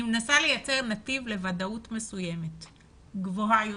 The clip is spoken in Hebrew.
ואני מנסה לייצר נתיב לוודאות מסוימת, גבוהה יותר.